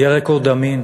יהיה רקורד אמין.